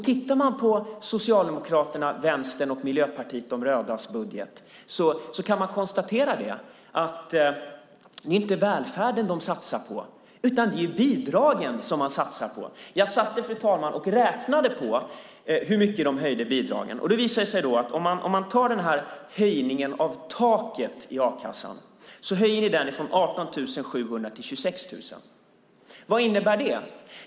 Tittar man på Socialdemokraternas, Vänsterns och Miljöpartiets budget kan man konstatera att det inte är välfärden som de satsar på utan det är bidragen som de satsar på. Jag satt och räknade på hur mycket de höjer bidragen. Det visade sig då att de höjer taket i a-kassan från 18 700 till 26 000 kronor. Vad innebär det?